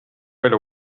elu